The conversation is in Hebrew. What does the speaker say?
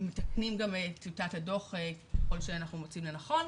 מתקנים את טיוטת הדו"ח ככל שאנחנו מוצאים לנכון,